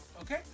Okay